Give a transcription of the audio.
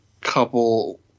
couple